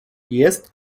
jest